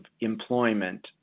employment